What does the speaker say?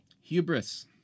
Hubris